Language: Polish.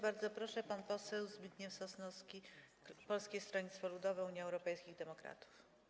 Bardzo proszę, pan poseł Zbigniew Sosnowski, Polskie Stronnictwo Ludowe - Unia Europejskich Demokratów.